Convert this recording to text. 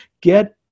Get